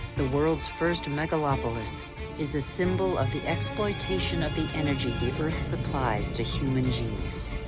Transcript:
the world's first megalopolis is the symbol of the exploitation of the energy the earth supplies to human genius.